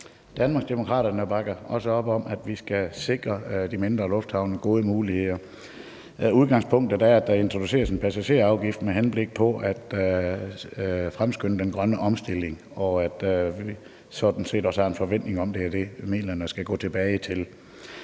Danmarksdemokraterne bakker også op om, at vi skal sikre de mindre lufthavne gode muligheder. Udgangspunktet er, at der introduceres en passagerafgift med henblik på at fremskynde den grønne omstilling, og at der sådan set også er en forventning om, at det er de midler, man skal gå tilbage til.